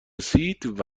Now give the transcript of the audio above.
رسید